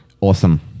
awesome